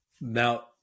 Now